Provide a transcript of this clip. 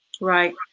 Right